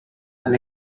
and